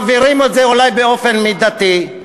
מעבירים את זה אולי באופן מידתי,